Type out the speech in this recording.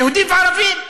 יהודים וערבים.